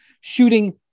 Shooting